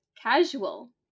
casual